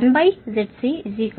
1ZCYγl